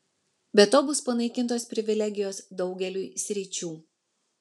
be to bus panaikintos privilegijos daugeliui sričių